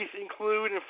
include